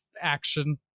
action